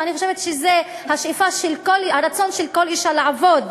ואני חושבת שזה הרצון של כל אישה לעבוד,